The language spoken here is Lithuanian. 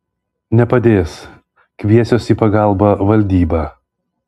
nepadės kviesiuos į pagalbą valdybą